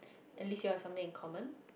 at least you have something in common